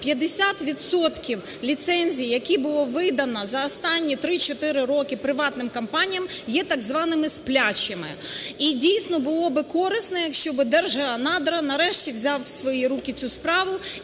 ліцензій, які було видано за останні 3-4 роки приватним компаніям, є так званими "сплячими". І, дійсно, було б корисно, щоб Держгеонадра нарешті взяв в свої руки цю справу